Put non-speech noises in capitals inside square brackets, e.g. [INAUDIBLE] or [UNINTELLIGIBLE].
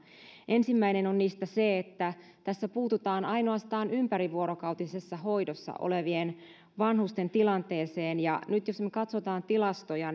ensimmäinen niistä on se että tässä puututaan ainoastaan ympärivuorokautisessa hoidossa olevien vanhusten tilanteeseen nyt jos me katsomme tilastoja [UNINTELLIGIBLE]